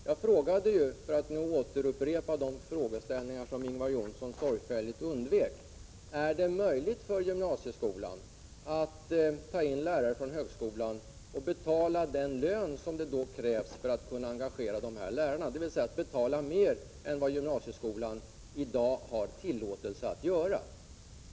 Jag frågade nämligen, för att nu upprepa de frågeställningar som Ingvar Johnsson sorgfälligt undvek: Är det möjligt för gymnasieskolan att engagera lärare från högskolan och att betala den lön som då krävs, dvs. att betala mer än vad gymnasieskolan i dag har tillåtelse att göra?